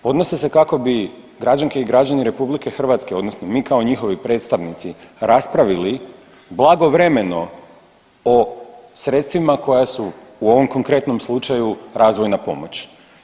Podnose se kako bi građani i građanke RH odnosno mi kao njihovi predstavnici raspravili blagovremeno o sredstvima koja su u ovom konkretnom slučaju razvojna pomoć.